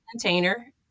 container